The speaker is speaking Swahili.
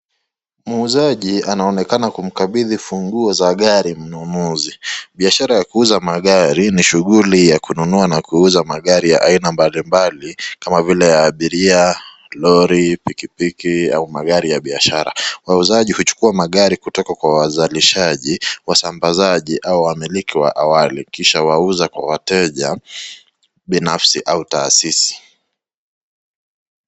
Muuzaji anaonekana kumkabidhi funguo za gari mnunuzi .Biashara ya kuuza magari ni shughuli ya kununua na kuuza magari mbalimbali kama vile abiria ,lori, pikipiki ama magari ya biashara .Wauzaji uchukua magari kutoka kwa wazalishaji ,wasambazaji au wamiliki wa awali na kuuza kwa wateja binafsi au tahasisi.